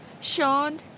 Sean